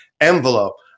envelope